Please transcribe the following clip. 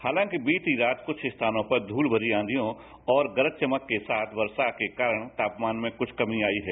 हालांकि बीती रात कुछ स्थानों पर धूल भरी आधियों और गरज चमक के साथ बरसा के कारण तापमान में कुछ कमी आई है